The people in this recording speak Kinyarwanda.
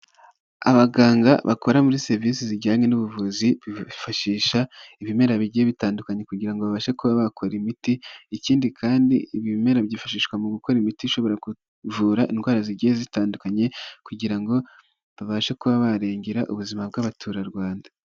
Abaganga bakora muri serivisi zijyanye n'ubuvuzi bifashisha ibimera bigiye bitandukanye kugira ngo babashe kuba bakora imiti ikindi kandi ibimera byifashishwa mu gukora imiti ishobora kuvura indwara zigiye zitandukanye kugira ngo babashe kuba barengera ubuzima bw'abaturarwanda.